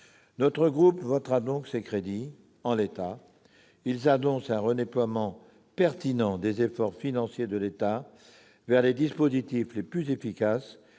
Nous voterons ces crédits en l'état, car ils annoncent un redéploiement pertinent des efforts financiers de l'État vers les dispositifs les plus efficaces